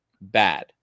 bad